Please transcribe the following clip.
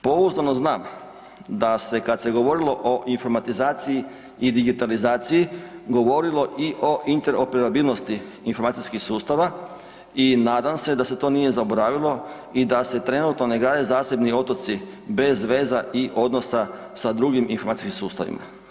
Pouzdano znam da se kad se govorilo o informatizaciji i digitalizaciji govorilo i o interoperabilnosti informacijskih sustava i nadam se da se to nije zaboravilo i da se trenutno ne grade zasebni otoci bez veza i odnosa sa drugim informacijskim sustavima.